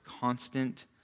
constant